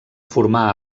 formar